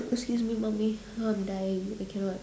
excuse me Mommy I'm dying I cannot